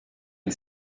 une